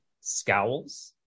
scowls